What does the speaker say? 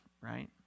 Right